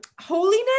holiness